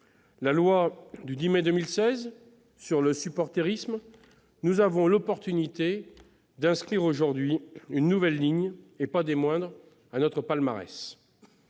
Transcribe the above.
la loi du 10 mai 2016 sur les supporters, nous avons l'occasion d'inscrire aujourd'hui une nouvelle ligne, et non des moindres, à notre palmarès.